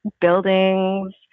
buildings